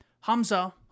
Hamza